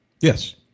Yes